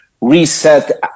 reset